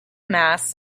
mass